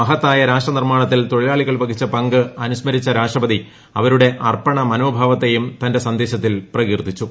മ്ഫ്യത്ത്ായ രാഷ്ട നിർമ്മാണത്തിൽ തൊഴിലാളികൾ വഹിച്ച പ്രിക്ക് അനുസ്മരിച്ച രാഷ്ട്രപതി അവരുടെ അർപ്പണ മനോഭാവത്തെട്ടും തന്റെ സന്ദേശത്തിൽ പ്രകീർത്തിച്ചു